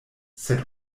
sed